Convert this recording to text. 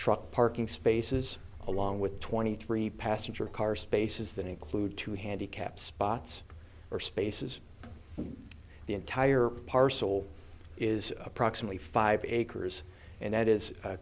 truck parking spaces along with twenty three passenger car spaces that include two handicap spots or spaces the entire parcel is approximately five acres and that is